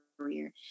career